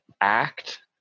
act